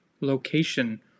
location